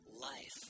life